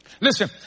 Listen